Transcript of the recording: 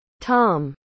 Tom